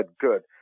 good